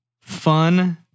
fun